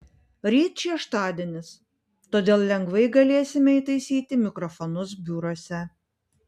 ryt šeštadienis todėl lengvai galėsime įtaisyti mikrofonus biuruose